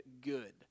good